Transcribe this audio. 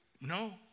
No